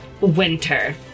Winter